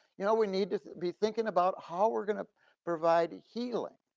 you know we need to be thinking about how we're gonna provide healing.